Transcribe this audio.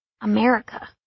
america